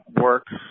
works